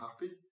happy